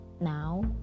Now